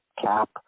cap